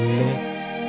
lips